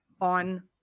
on